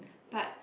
but